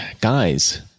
guys